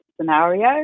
scenario